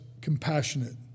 compassionate